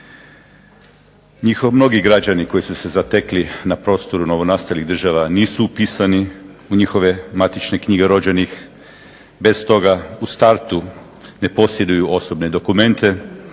Njihovi mnogi građani koji su se zatekli na prostoru novonastalih država nisu upisani u njihove matične knjige rođenih. Bez toga u startu ne posjeduju osobne dokumente,